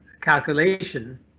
calculation